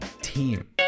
team